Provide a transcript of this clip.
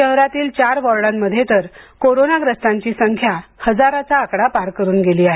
शहरातील चार वॉर्डंमध्ये तर कोरोनाग्रस्तांची संख्या हजाराचा आकडा पार करून गेली आहे